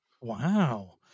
Wow